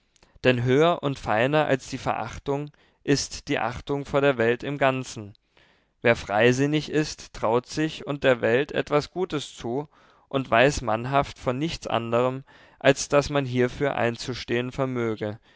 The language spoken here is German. denn höher und feiner als die verachtung ist die achtung vor der welt im ganzen wer freisinnig ist traut sich und der welt etwas gutes zu und weiß mannhaft von nichts anderem als daß man hierfür einzustehen vermöge